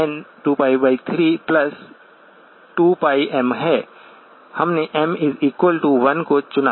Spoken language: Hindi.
हमने m 1 को चुना